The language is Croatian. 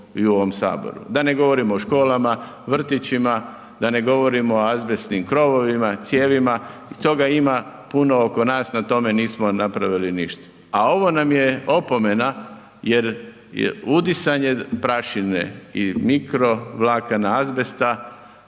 da ne govorim o školama, vrtićima, da ne govorim o azbestnim krovovima, cijevima, toga ima puno oko nas na tome nismo napravili ništa, a ovo nam je opomena jer udisanje prašine i mikro vlakana azbesta